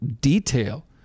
detail